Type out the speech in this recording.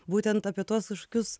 būtent apie tuos kažkokius